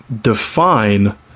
define